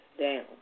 down